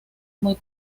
muy